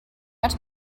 out